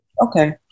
Okay